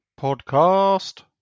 Podcast